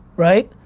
right?